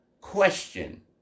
question